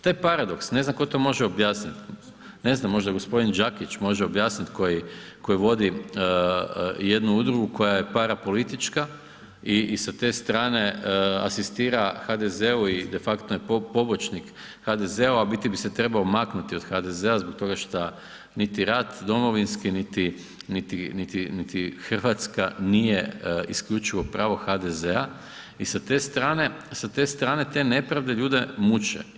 Taj paradoks, ne znam tko to može objasniti, ne znam možda gospodin Đakić može objasniti koji vodi jednu udrugu koja je parapolitička i sa te strane asistira HDZ-u i de facto je pobočnik HDZ-u a u biti bi se trebao maknuti od HDZ-a zbog toga šta niti rat Domovinski niti Hrvatska nije isključivo pravo HDZ-a i sa te strane te nepravde ljude muče.